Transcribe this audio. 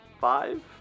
five